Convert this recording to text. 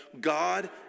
God